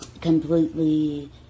completely